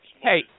Hey